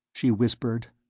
she whispered,